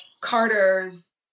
Carter's